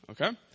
Okay